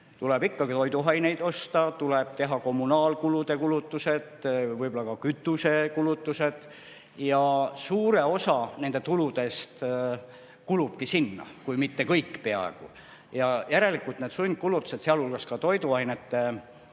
tuleb ikkagi toiduaineid osta, tuleb teha kommunaalkulutused, võib-olla ka kütusekulutused. Suur osa nende tuludest kulubki sinna, kui mitte peaaegu kõik. Järelikult need sundkulutused, sealhulgas ka toiduainete